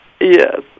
Yes